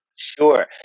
Sure